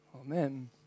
Amen